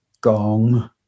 Gong